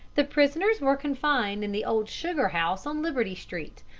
the prisoners were confined in the old sugar-house on liberty street,